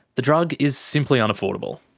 the drug is simply unaffordable.